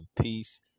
peace